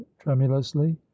tremulously